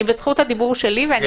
אני בזכות הדיבור שלי ואני